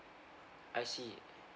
I see